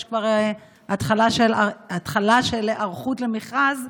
יש כבר התחלה של היערכות למכרז,